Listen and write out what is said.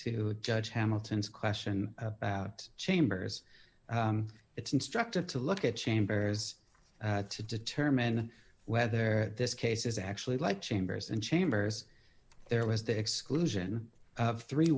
to judge hamilton's question about chambers it's instructive to look at chambers to determine whether this case is actually like chambers and chambers there was the exclusion of three